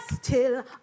till